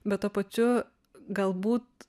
bet tuo pačiu galbūt